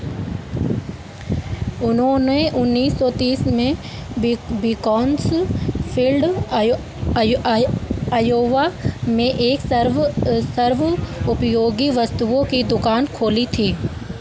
उन्होंने उन्नीस सौ तीस में बीकॉन्सफील्ड आयोवा में एक सर्व सर्व उपयोगी वस्तुओं की दुकान खोली थी